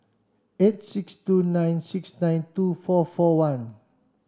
eight six two nine six nine two four four one